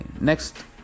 next